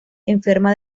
enferma